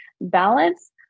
balance